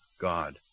God